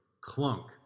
clunk